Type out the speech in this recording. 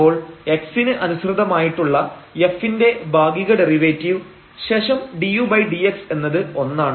അപ്പോൾ x ന് അനുസൃതമായിട്ടുള്ള f ന്റെ ഭാഗിക ഡെറിവേറ്റീവ് ശേഷം dudx എന്നത് ഒന്നാണ്